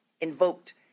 invoked